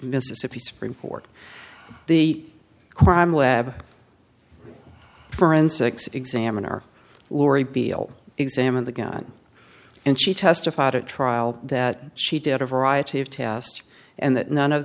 mississippi supreme court the crime lab forensics examiner laurie below examined the gun and she testified at trial that she did a variety of tests and that none of